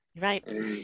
Right